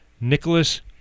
Nicholas